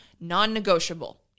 non-negotiable